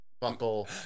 buckle